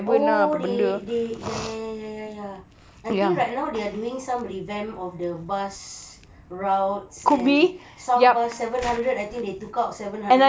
oh they they ya ya ya ya ya I think right now they are doing some revamp of the bus routes and some bus seven hundred I think they took out seven hundred